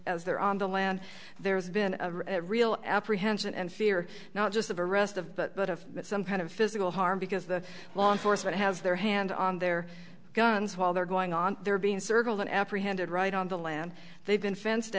on the land there's been a real apprehension and fear not just of arrest of but of some kind of physical harm because the law enforcement has their hands on their guns while they're going on they're being circle and apprehended right on the land they've been fenced